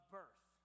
birth